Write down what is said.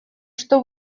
что